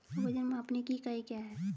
वजन मापने की इकाई क्या है?